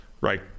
right